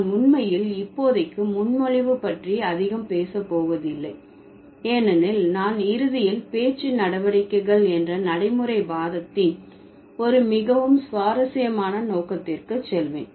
நான் உண்மையில் இப்போதைக்கு முன்மொழிவு பற்றி அதிகம் பேச போவதில்லை ஏனெனில் நான் இறுதியில் பேச்சு நடவடிக்கைகள் என்ற நடைமுறைவாதத்தின் ஒரு மிகவும் சுவாரஸ்யமான நோக்கத்திற்குள் செல்வேன்